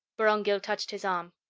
vorongil touched his arm.